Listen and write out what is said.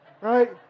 right